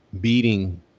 beating